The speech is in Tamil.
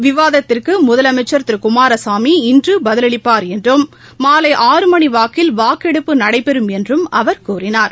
விவாதத்திற்கு முதலமைச்சர் திரு குமாரசாமி இன்று பதிலளிப்பார் என்றும் மாலை ஆறு மணி வாக்கில் வாக்கெடுப்பு நடைபெறும் என்றும் அவர் கூறினார்